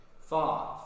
Five